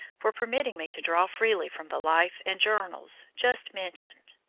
for permitting me to draw freely from the life and journals just mentioned.